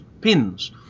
Pins